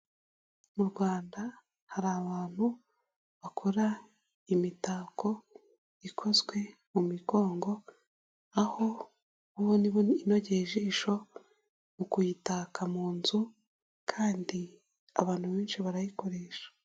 Mu Rwanda hari abantu bakora imitako ikozwe mu migongo aho uba ubona inogeye ijisho mu kuyitaka mu nzu kandi abantu benshi barayikoresha.